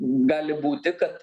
gali būti kad